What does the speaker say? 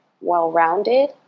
well-rounded